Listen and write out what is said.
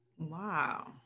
wow